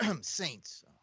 Saints –